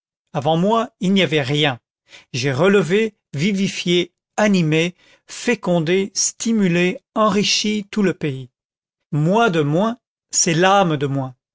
avant moi il n'y avait rien j'ai relevé vivifié animé fécondé stimulé enrichi tout le pays moi de moins c'est l'âme de moins